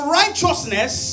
righteousness